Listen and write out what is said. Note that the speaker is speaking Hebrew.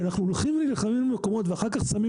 שאנחנו הולכים ונלחמים במקומות ואחר כך שמים